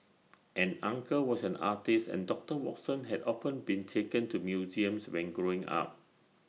an uncle was an artist and doctor Watson had often been taken to museums when growing up